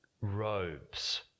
robes